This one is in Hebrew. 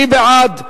מי בעד?